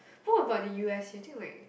what about the U_S you think like